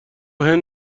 هند